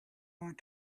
want